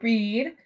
Read